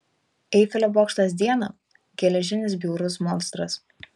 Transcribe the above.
eifelio bokštas dieną geležinis bjaurus monstras